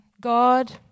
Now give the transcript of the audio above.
God